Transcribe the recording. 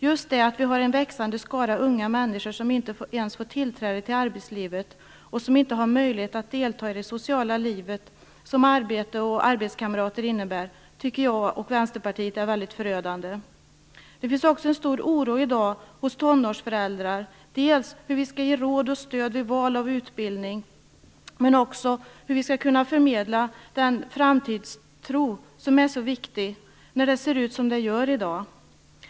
Just det att vi har en växande skara unga människor som inte ens får tillträde till arbetslivet och som inte har möjlighet att delta i det sociala liv som arbete och arbetskamrater innebär tycker jag och Vänsterpartiet är väldigt förödande. Det finns också i dag en stor oro hos tonårsföräldrar över dels hur man skall ge råd och stöd vid val av utbildning, dels hur man skall kunna förmedla den framtidstro som är så viktig när det ser ut som det gör i dag.